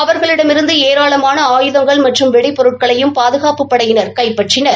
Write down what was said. அவர்களிடமிருந்து ஏராளமான ஆயுதங்கள் மற்றும் வெடிப்பொருட்களையும் பாதுகாப்புப் படையினர் கைப்பற்றினர்